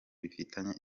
bifitanye